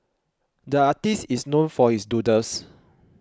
the artist is known for his doodles